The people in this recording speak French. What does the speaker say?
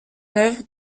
œuvre